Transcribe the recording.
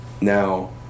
Now